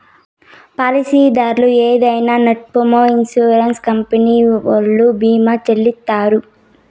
పాలసీదారు ఏదైనా నట్పూమొ ఇన్సూరెన్స్ కంపెనీ ఓల్లు భీమా చెల్లిత్తారు